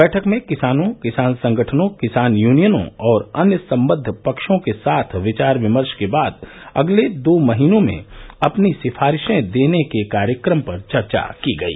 बैठक में किसानों किसान संगठनों किसान यूनियनों और अन्य संबद्व पक्षों के साथ विचार विमर्श के बाद अगले दो महीनों में अपनी सिफारिशें देने के कार्यक्रम पर चर्चा की गई